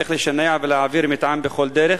איך לשנע ולהעביר מטען בכל דרך,